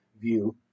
view